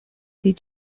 did